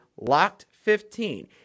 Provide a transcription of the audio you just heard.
LOCKED15